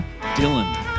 Dylan